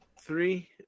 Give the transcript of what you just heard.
three